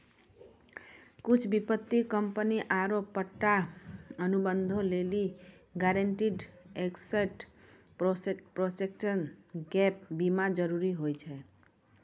कुछु वित्तीय कंपनी आरु पट्टा अनुबंधो लेली गारंटीड एसेट प्रोटेक्शन गैप बीमा जरुरी होय छै